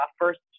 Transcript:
first